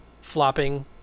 flopping